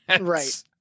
Right